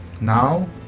now